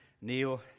Neil